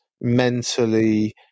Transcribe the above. mentally